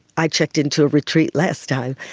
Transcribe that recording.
i checked into a retreat last time.